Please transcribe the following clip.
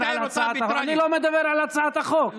אני לא מדבר על הצעת החוק.